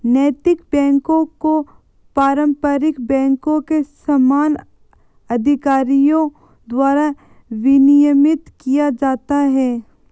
नैतिक बैकों को पारंपरिक बैंकों के समान अधिकारियों द्वारा विनियमित किया जाता है